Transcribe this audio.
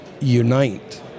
unite